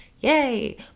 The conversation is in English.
yay